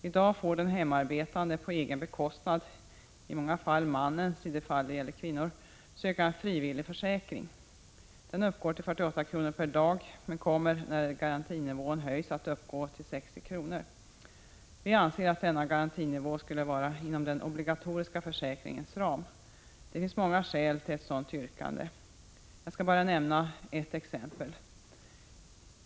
I dag får den hemarbetande på egen bekostnad, i många fall mannens när det gäller kvinnor, teckna en frivillig försäkring. Den uppgår till 48 kr. per dag men kommer när garantinivån höjs att uppgå till 60 kr. Vi anser att denna garantinivå borde erbjudas dem inom den obligatoriska försäkringens ram. Det finns många skäl till ett sådant yrkande. Jag skall bara nämna ett.